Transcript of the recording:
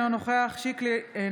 אינו נוכח עמיחי שיקלי,